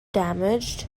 damaged